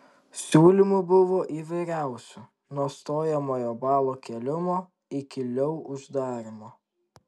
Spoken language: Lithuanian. siūlymų buvo įvairiausių nuo stojamojo balo kėlimo iki leu uždarymo